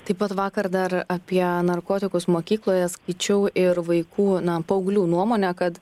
taip pat vakar dar apie narkotikus mokykloje skaičiau ir vaikų na paauglių nuomonę kad